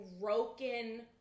broken